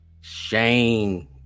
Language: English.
Shane